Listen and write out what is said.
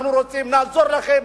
אנחנו רוצים לעזור לכם,